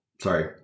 Sorry